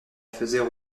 faisaient